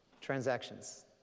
Transactions